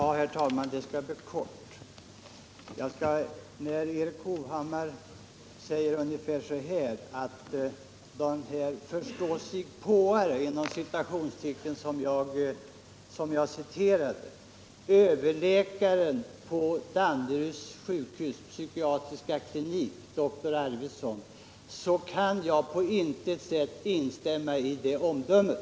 Herr talman! När Erik Hovhammar talar om ”förståsigpåare” som jag citerade — överläkaren på psykiatriska kliniken vid Danderyds sjukhus, doktor Arvidsson — så kan jag på intet sätt instämma i det omdömet.